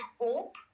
hope